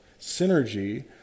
synergy